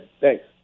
thanks